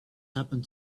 happened